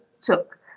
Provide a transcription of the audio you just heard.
took